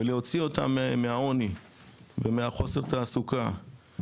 ולהוציא אותם מהעוני ומהחוסר תעסוקה,